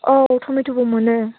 औ टमेट'बो मोनो